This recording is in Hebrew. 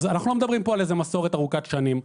אנחנו לא מדברים כאן על מסורת ארוכת שנים.